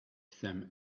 them